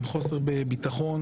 עם חוסר בביטחון,